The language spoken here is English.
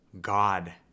God